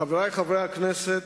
חברי חברי הכנסת,